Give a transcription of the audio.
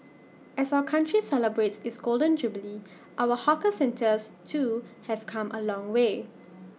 as our country celebrates its Golden Jubilee our hawker centres too have come A long way